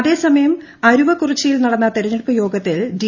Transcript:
അതേസമയം അരുവകുറുച്ചിയിൽ നട്ടുന്ന ഉതർഞ്ഞെടുപ്പ് യോഗത്തിൽ ഡി